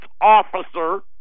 officer